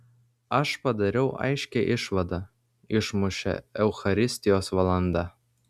aš padariau aiškią išvadą išmušė eucharistijos valanda